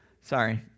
sorry